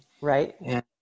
right